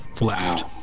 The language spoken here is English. left